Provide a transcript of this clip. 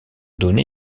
donnée